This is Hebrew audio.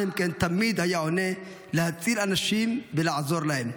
עלמקאן תמיד היה עונה: להציל אנשים ולעזור להם.